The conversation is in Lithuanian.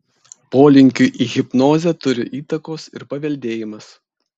polinkiui į hipnozę turi įtakos ir paveldėjimas